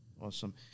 Awesome